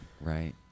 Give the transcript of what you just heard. Right